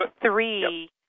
three